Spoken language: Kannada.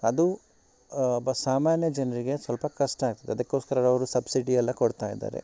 ಅದು ಒಬ್ಬ ಸಾಮಾನ್ಯ ಜನರಿಗೆ ಸ್ವಲ್ಪ ಕಷ್ಟ ಆಗ್ತದೆ ಅದಕ್ಕೋಸ್ಕರ ಅವರು ಸಬ್ಸಿಡಿ ಎಲ್ಲ ಕೊಡ್ತಾ ಇದ್ದಾರೆ